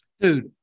Dude